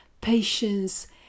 patience